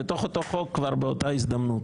בתוך אותו חוק ובאותה הזדמנות,